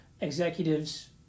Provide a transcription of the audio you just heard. executives